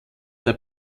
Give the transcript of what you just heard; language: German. der